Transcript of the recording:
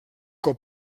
com